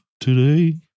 today